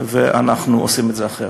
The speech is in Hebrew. ואנחנו עושים את זה אחרת.